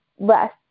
less